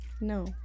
No